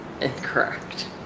Incorrect